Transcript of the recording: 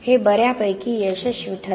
हे बर्यापैकी यशस्वी ठरले